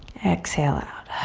exhale out.